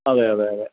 അതെ അതെ അതെ